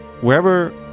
Wherever